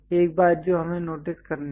एक बात जो हमें नोटिस करनी है